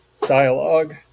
dialogue